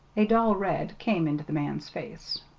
a dull red came into the man's face.